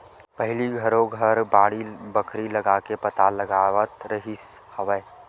पहिली घरो घर बाड़ी बखरी लगाके पताल लगावत रिहिस हवय